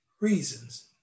Reasons